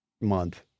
month